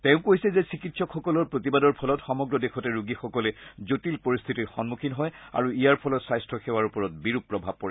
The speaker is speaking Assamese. তেওঁ কৈছে যে চিকিৎসকসকলৰ প্ৰতিবাদৰ ফলত সমগ্ৰ দেশতে ৰোগীসকলে জটিল পৰিস্থিতিৰ সমুখীন হয় আৰু ইয়াৰ ফলত স্বাস্থ্য সেৱাৰ ওপৰত বিৰূপ প্ৰভাৱ পৰে